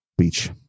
speech